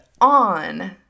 on